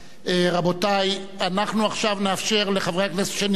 רבותי, אנחנו עכשיו נאפשר לחברי הכנסת שנרשמו,